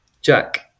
Jack